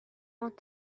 want